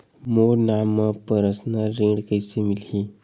मोर नाम म परसनल ऋण कइसे मिलही?